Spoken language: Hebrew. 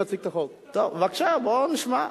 בבקשה, בוא נשמע.